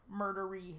murdery